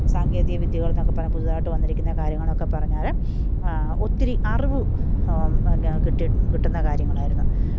സാങ്കേതികവിദ്യകള് എന്നൊക്കെ പറഞ്ഞാൽ പുതിയതായിട്ട് വന്നിരിക്കുന്ന കാര്യങ്ങളൊക്കെ പറഞ്ഞാൽ ഒത്തിരി അറിവ് ഗ കിട്ടി കിട്ടുന്ന കാര്യങ്ങളായിരുന്നു